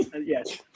yes